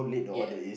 ya